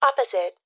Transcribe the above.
opposite